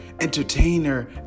entertainer